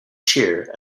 cheer